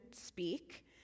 speak